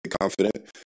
confident